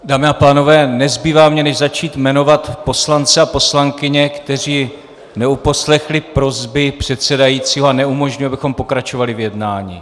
Dámy a pánové, nezbývá mi, než začít jmenovat poslance a poslankyně, kteří neuposlechli prosby předsedajícího a neumožnili, abychom pokračovali v jednání.